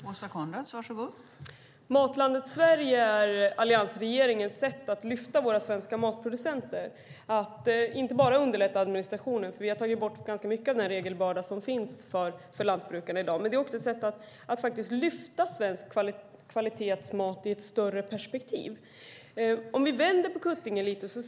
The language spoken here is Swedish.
Fru talman! Matlandet Sverige är alliansregeringens sätt att lyfta fram våra svenska matproducenter. Det handlar inte bara om att underlätta administrationen - vi har tagit bort ganska mycket av regelbördan för lantbrukare - utan också om ett sätt att lyfta fram svensk kvalitetsmat i ett vidare perspektiv. Vi kan vända på kuttingen lite grann.